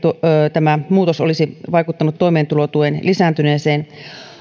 tämä muutos olisi vaikuttanut toimeentulotuen lisääntyneeseen